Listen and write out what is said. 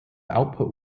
output